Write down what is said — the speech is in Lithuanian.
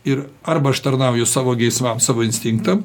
ir arba aš tarnauju savo geismam savo instinktam